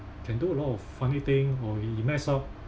can do a lot of funny thing or he he mess up